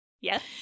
Yes